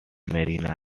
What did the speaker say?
marina